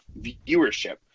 viewership